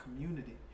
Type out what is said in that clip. community